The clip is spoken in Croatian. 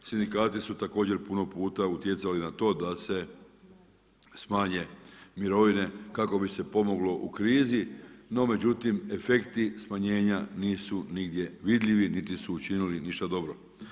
Sindikati su također puno puta utjecali na to da se smanje mirovine kako bi se pomoglo u krizi, no međutim efekti smanjenja nisu nigdje vidljivi niti su učinili ništa dobro.